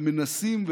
ומנסים,